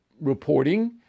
reporting